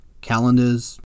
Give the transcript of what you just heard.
calendars